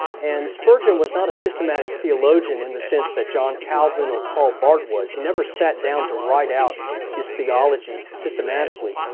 and spurgeon was not a systematic theologian in the sense that john calvin or karl barth was, he never sat down to write out his theology systematically.